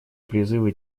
призывы